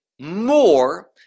More